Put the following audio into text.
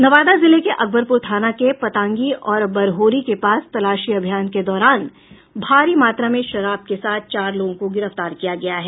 नवादा जिले के अकबरपुर थाना के पतांगी और बरहोरी के पास तलाशी अभियान के दौरान भारी मात्रा में शराब के साथ चार लोगों को गिरफ्तार किया गया है